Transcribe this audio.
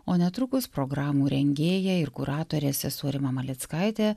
o netrukus programų rengėja ir kuratorė sesuo rima malickaitė